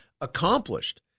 accomplished